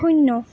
শূন্য